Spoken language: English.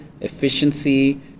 efficiency